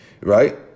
Right